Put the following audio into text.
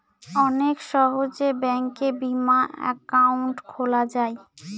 অনেক সহজে ব্যাঙ্কে বিমা একাউন্ট খোলা যায়